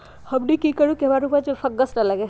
हमनी की करू की हमार उपज में फंगस ना लगे?